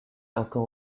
occur